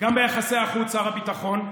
גם ביחסי החוץ, שר הביטחון,